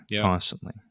constantly